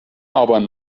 آبان